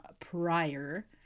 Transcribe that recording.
prior